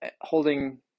holding